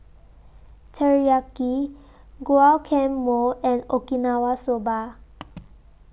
Teriyaki Guacamole and Okinawa Soba